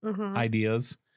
ideas